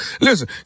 Listen